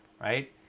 right